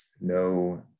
no